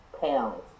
pounds